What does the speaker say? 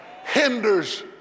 hinders